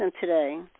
today